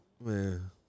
Man